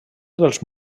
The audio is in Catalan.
dels